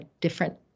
different